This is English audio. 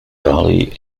valley